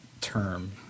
term